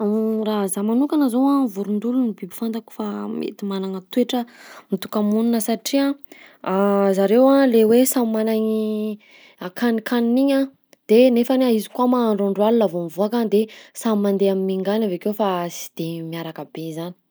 Raha za manokagna zao vorondolo no biby fantako fa mety magnagna toetra mitoka-monina satria zareo a le hoe samy magnagny akanikaniny igny a de nefany a izy koa ma androandro alina vao mivoaka de samy mandeha amy minga any avy akeo fa sy de miaraka be zany.